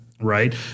right